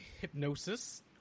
hypnosis